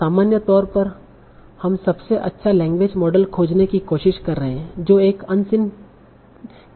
सामान्य तौर पर हम सबसे अच्छा लैंग्वेज मॉडल खोजने की कोशिश कर रहे हैं जो एक अनसीन टेस्ट डेटा को प्रेडिक्ट करता है